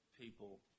people